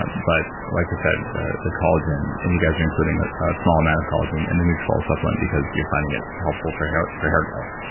um but like you said, the the collagen. and you guys are including a small amount of collagen in the nutrafol supplement because you're finding it's helpful for hair for hair growth.